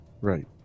right